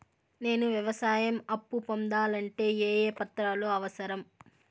నేను వ్యవసాయం అప్పు పొందాలంటే ఏ ఏ పత్రాలు అవసరం?